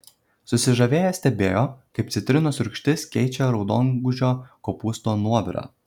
susižavėję stebėjo kaip citrinos rūgštis keičia raudongūžio kopūsto nuovirą